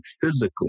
physically